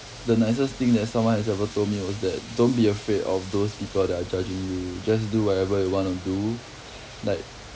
the nicest thing that someone has ever told me was that don't be afraid of those people that are judging you just do whatever you want to do like